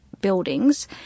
buildings